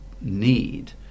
need